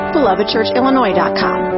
BelovedChurchIllinois.com